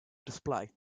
display